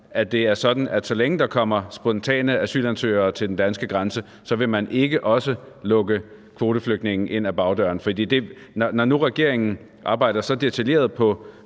ministeren sådan, at så længe der kommer spontane asylansøgere til den danske grænse, vil man ikke også lukke kvoteflygtninge ind ad bagdøren? Når nu regeringen arbejder så detaljeret på,